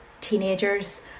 teenagers